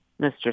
Mr